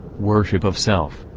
worship of self.